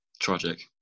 Tragic